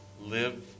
live